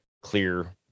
clear